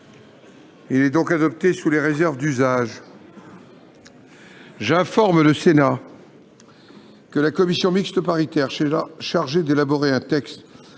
est adopté sous les réserves d'usage. J'informe le Sénat que la commission mixte paritaire chargée d'élaborer un texte